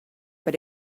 but